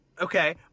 Okay